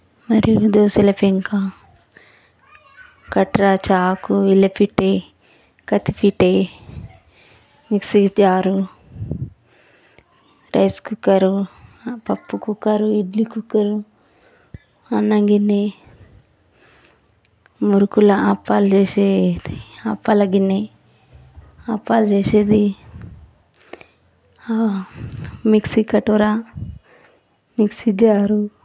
మరియు దోశల పెంక కాట్రా చాకు ఇళ్ల పిటి కత్తిపీట మిక్సీ జారు రైస్ కుక్కర్ పప్పు కుక్కర్ ఇడ్లీ కుక్కర్ అన్నం గిన్ని మురుకులు అప్పాలు చేసేది అప్పాలు గిన్నె అప్పాలు చేసేది మిక్సీ కటోర మిక్సీ జారు